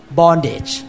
bondage